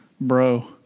Bro